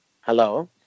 Hello